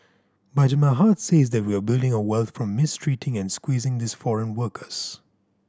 but my hearts says that we're building our wealth from mistreating and squeezing these foreign workers